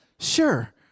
Sure